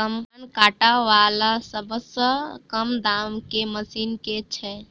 धान काटा वला सबसँ कम दाम केँ मशीन केँ छैय?